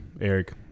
eric